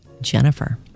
Jennifer